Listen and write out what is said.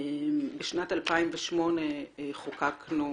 בשנת 2008 חוקקנו,